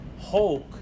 Hulk